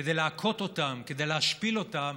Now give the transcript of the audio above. כדי להכות אותם, כדי להשפיל אותם.